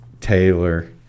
Taylor